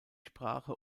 sprache